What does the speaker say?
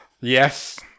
yes